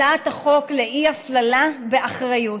הצעת החוק לאי-הפללה באחריות.